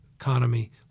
economy